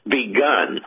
begun